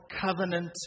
covenant